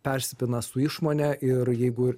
persipina su išmone ir jeigu